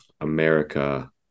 America